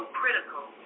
critical